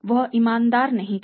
वह ईमानदार नहीं था